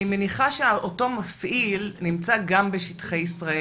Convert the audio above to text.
אני מניחה שאותו מפעיל נמצא גם בשטחי ישראל.